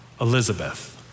Elizabeth